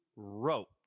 Wrote